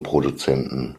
produzenten